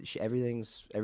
Everything's